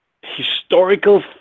historical